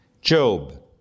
Job